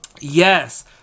yes